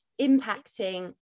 impacting